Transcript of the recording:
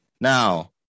Now